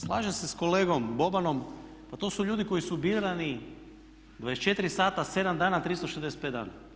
Slažem se sa kolegom Bobanom, pa to su ljudi koji su birani 24 sata, 7 dana, 265 dana.